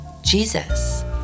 Jesus